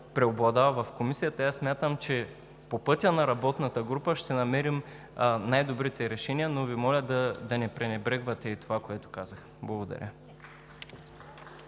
преобладава в Комисията. Смятам, че по пътя на работната група ще намерим най-добрите решения, но Ви моля да не пренебрегвате и това, което казах. Благодаря.